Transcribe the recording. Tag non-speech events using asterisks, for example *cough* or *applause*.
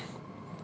*noise*